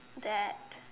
that